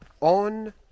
on